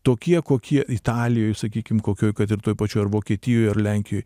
tokie kokie italijoj sakykim kokioj kad ir toj pačioj ar vokietijoj ar lenkijoj